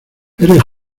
eres